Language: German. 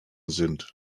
sind